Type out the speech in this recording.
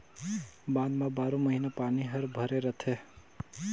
बांध म बारो महिना पानी हर भरे रथे